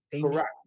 Correct